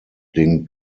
den